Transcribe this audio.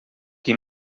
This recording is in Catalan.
qui